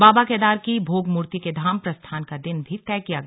बाबा केदार की भोगमूर्ति के धाम प्रस्थान का दिन भी तय किया गया